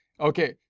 Okay